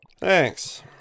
Thanks